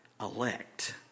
elect